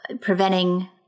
preventing—